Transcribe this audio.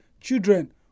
children